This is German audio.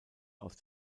aus